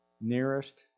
nearest